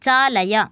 चालय